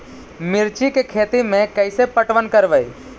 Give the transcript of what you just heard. मिर्ची के खेति में कैसे पटवन करवय?